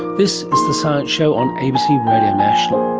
this is the science show on abc but national.